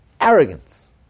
arrogance